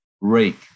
rake